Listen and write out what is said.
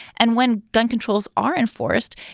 and when gun controls are enforced,